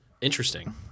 Interesting